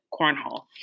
cornhole